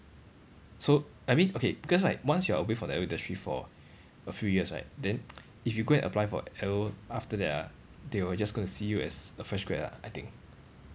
so I mean okay because right once you are away from the aero industry for a few years right then if you go and apply for aero after that ah they will just gonna see you as a fresh grad ah I think